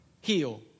heal